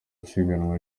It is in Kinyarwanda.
isiganwa